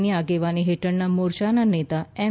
ની આગેવાની હેઠળના મોરચાના નેતા એમ